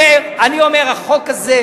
אז תפסיק עם זה.